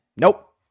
Nope